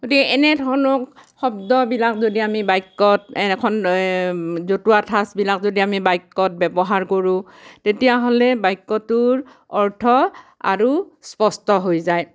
গতিকে এনেধৰণৰ শব্দবিলাক যদি বাক্যত এনেখন জতুৱা ঠাঁচবিলাক যদি আমি বাক্যত ব্যৱহাৰ কৰোঁ তেতিয়াহ'লে বাক্যটোৰ অৰ্থ আৰু স্পষ্ট হৈ যায়